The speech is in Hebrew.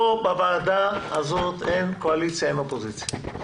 פה בוועדה הזאת אין קואליציה, אין אופוזיציה.